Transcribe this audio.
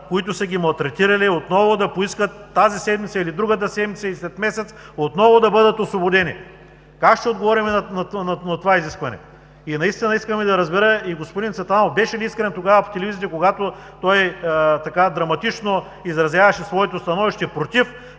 които са ги малтретирали, да поискат тази или другата седмица, или след месец отново да бъдат освободени? Как ще отговорим на това изискване? Наистина искам да разбера господин Цветанов беше ли искрен тогава по телевизията, когато така драматично изразяваше своето становище против